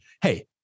hey